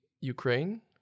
Ukraine